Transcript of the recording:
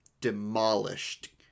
demolished